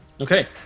okay